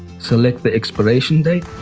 select the expiration date